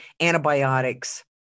antibiotics